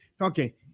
Okay